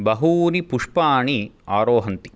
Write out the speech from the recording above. बहूनि पुष्पाणि आरोहन्ति